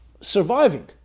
surviving